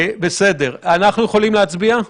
אנחנו יכולים להצביע?